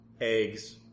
eggs